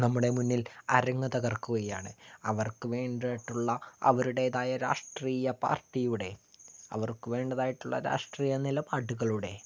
നമ്മുടെ മുന്നിൽ അരങ്ങു തകർക്കുകയാണ് അവർക്ക് വേണ്ടിയിട്ടുള്ള അവരുടേതായ രാഷ്ട്രീയ പാർട്ടിയുടെ അവർക്കു വേണ്ടതായിട്ടുള്ള രാഷ്ട്രീയ നിലപാടുകളുടെ